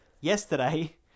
yesterday